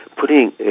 putting